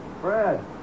Fred